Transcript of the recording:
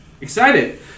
excited